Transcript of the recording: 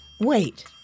Wait